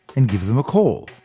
and give them a call.